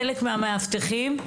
חלק מהמאבטחים,